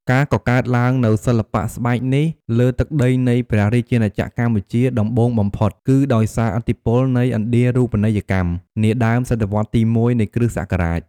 ការកកើតឡើងនូវសិល្បៈស្បែកនេះលើទឹកដីនៃព្រះរាជាណាចក្រកម្ពុជាដំបូងបំផុត គឺដោយសារឥទ្ធិពលនៃ ឥណ្ឌារូបនីយកម្ម នាដើមសតវត្សទី១ នៃគ្រិស្តសករាជ។